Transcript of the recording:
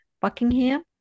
Buckingham